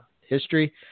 history